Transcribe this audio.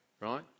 right